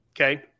Okay